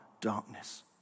darkness